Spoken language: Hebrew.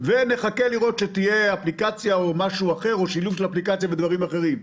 ואסור לנו לומר שצריך לחכות לאפליקציה או לדברים אחרים.